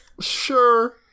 sure